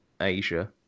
Asia